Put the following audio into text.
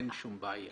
אין שום בעיה כי